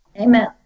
Amen